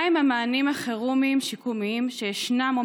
1. מהם המענים החירומיים השיקומיים שישנם או